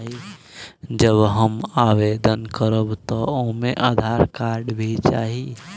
जब हम आवेदन करब त ओमे आधार कार्ड भी चाही?